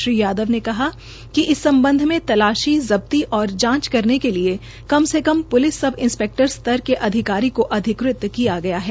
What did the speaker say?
श्री यादव ने कहा कि इस संबंध में तलाशी जब्ती व जांच करने के लिए कम से कम प्लिस सब इंस्पेक्टर स्तर के अधिकारी को अधिकृत किया गया है